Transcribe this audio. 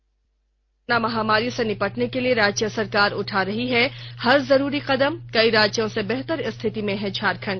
मुख्यमंत्री ने कहा कोरोना महामारी से निपटने के लिए राज्य सरकार उठा रही है हर जरूरी कदम कई राज्यों से बेहतर स्थिति में है झारखंड